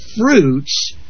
fruits